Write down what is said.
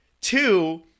Two